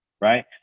right